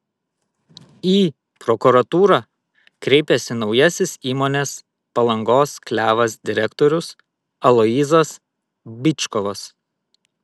į prokuratūrą kreipėsi naujasis įmonės palangos klevas direktorius aloyzas byčkovas